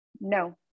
no